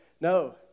No